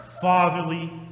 fatherly